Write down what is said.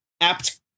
apt